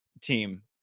team